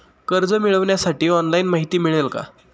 कर्ज मिळविण्यासाठी ऑनलाइन माहिती मिळेल का?